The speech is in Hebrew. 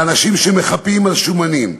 לאנשים שמחפים על שומנים,